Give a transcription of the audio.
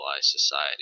society